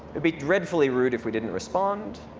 it'd be dreadfully rude if we didn't respond.